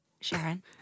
Sharon